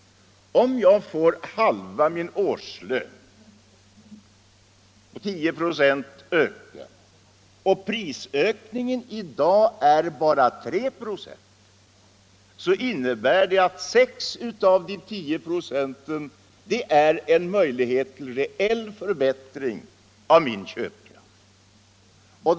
Om jag får halva min årslön ökad med 10 96 och prisökningen i dag är bara 3 96, så innebär det att 6 av de 10 procenten är en möjlighet till reell förbättring av min köpkraft.